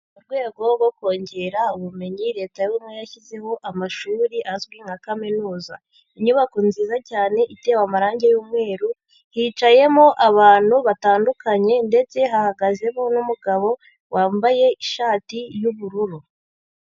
Mu rwego rwo kongera ubumenyi leta y'ubumwe yashyizeho amashuri azwi nka kaminuza, inyubako nziza cyane itewe amarangi y'umweru hicayemo abantu batandukanye ndetse hahagazemo n'umugabo wambaye ishati y'ubururu.